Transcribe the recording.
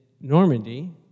Normandy